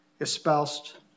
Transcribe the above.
espoused